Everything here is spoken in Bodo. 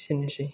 एसेनोसै